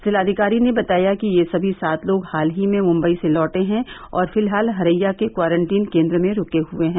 जिलाधिकारी ने बताया कि ये सभी सात लोग हाल ही में मुंबई से लौटे हैं और फिलहाल हरैया के क्वारंटीन केंद्र में रूके हुए हैं